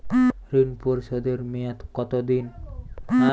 ঋণ পরিশোধের মেয়াদ কত দিন?